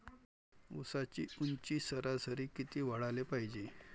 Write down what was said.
ऊसाची ऊंची सरासरी किती वाढाले पायजे?